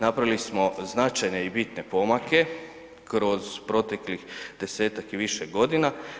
Napravili smo značajne i bitne pomake kroz proteklih 10-tak i više godina.